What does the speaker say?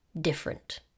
different